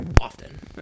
often